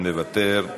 מוותר,